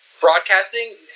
broadcasting